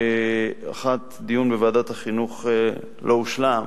האחת, דיון בוועדת החינוך לא הושלם.